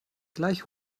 gleich